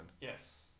Yes